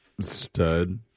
stud